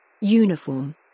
Uniform